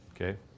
Okay